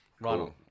Ronald